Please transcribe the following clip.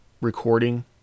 recording